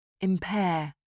Impair